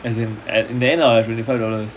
as in a~ in the end I'll have twenty five dollars